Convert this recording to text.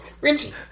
Richie